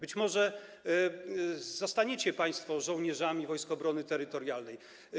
Być może zostaniecie państwo żołnierzami Wojsk Obrony Terytorialnej.